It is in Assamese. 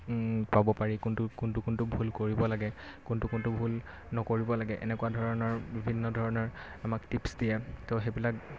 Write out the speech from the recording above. পাব পাৰি কোনটো কোনটো কোনটো ভুল কৰিব লাগে কোনটো কোনটো ভুল নকৰিব লাগে এনেকুৱা ধৰণৰ বিভিন্ন ধৰণৰ আমাক টিপছ দিয়ে ত' সেইবিলাক